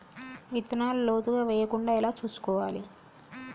విత్తనాలు లోతుగా వెయ్యకుండా ఎలా చూసుకోవాలి?